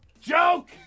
joke